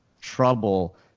trouble